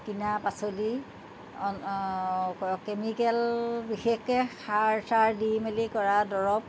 কিনা পাচলি কেমিকেল বিশেষকৈ সাৰ চাৰ দি মেলি কৰা দৰৱ